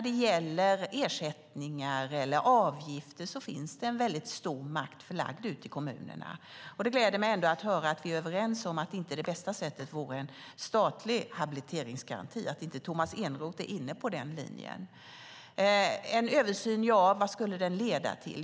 Det finns en mycket stor makt förlagd ute i kommunerna när det gäller ersättningar eller avgifter. Det gläder mig att höra att vi är överens om att det bästa sättet inte vore en statlig habiliteringsgaranti och att Tomas Eneroth inte är inne på den linjen. Vad skulle en översyn leda till?